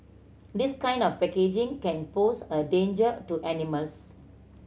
this kind of packaging can pose a danger to animals